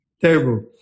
terrible